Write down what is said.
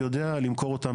יודע למכור אותם,